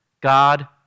God